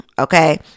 okay